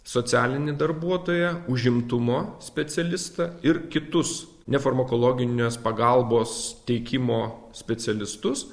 socialinį darbuotoją užimtumo specialistą ir kitus nefarmakologinės pagalbos teikimo specialistus